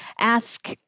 ask